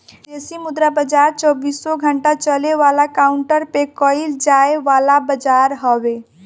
विदेशी मुद्रा बाजार चौबीसो घंटा चले वाला काउंटर पे कईल जाए वाला बाजार हवे